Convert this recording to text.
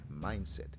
mindset